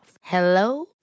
Hello